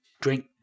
drink